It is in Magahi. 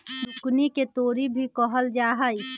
जुकिनी के तोरी भी कहल जाहई